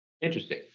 Interesting